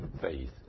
faith